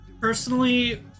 personally